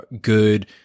good